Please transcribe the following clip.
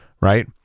right